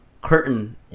Curtain